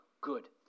good